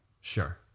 Sure